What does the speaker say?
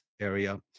area